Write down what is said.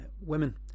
women